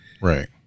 Right